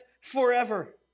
forever